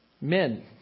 Men